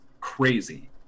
crazy